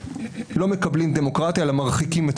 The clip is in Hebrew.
לא מקבלים דמוקרטיה אלא מרחיקים את